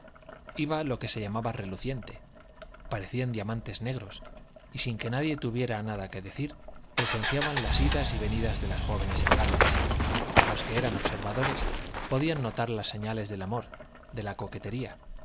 iba lo que se llama reluciente parecían diamantes negros y sin que nadie tuviera nada que decir presenciaban las idas y venidas de las jóvenes elegantes y los que eran observadores podían notar las señales del amor de la coquetería